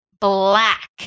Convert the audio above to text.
black